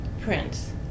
Prince